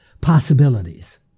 possibilities